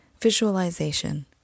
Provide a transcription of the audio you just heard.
visualization